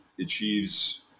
achieves